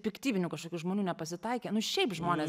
piktybinių kažkokių žmonių nepasitaikė nu šiaip žmonės